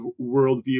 worldview